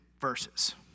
verses